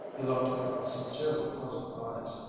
he looked at her with sincerely puzzled eyes.